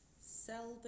Selby